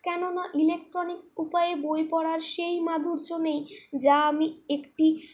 কেন না ইলেকট্রনিক্স উপায়ে বই পড়ার সেই মাধুর্য নেই যা আমি একটি